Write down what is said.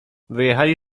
wyjechali